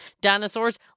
dinosaurs